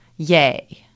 Yay